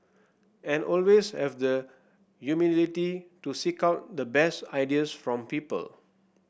and always have the humility to seek out the best ideas from people